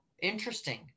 interesting